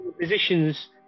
positions